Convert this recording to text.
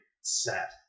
set